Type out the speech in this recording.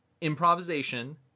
improvisation